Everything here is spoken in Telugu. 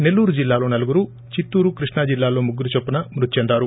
నెల్లూరు జిల్లాలో నలుగురు చిత్తూరు కృష్ణా జిల్లాలో ముగ్గురు చొప్పున మృతి చెందారు